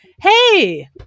hey